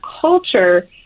culture